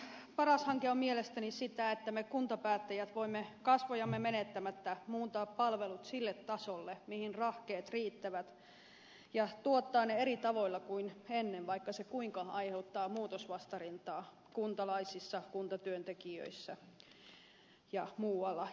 paras hanke on mielestäni sitä että me kuntapäättäjät voimme kasvojamme menettämättä muuntaa palvelut sille tasolle mihin rahkeet riittävät ja tuottaa ne eri tavoin kuin ennen vaikka se kuinka aiheuttaa muutosvastarintaa kuntalaisissa kuntatyöntekijöissä ja muualla